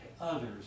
others